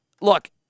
look